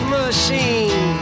machine